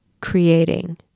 creating